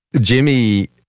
Jimmy